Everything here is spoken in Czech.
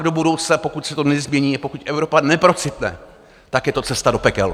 Do budoucna, pokud se to nezmění, pokud Evropa neprocitne, tak je to cesta do pekel.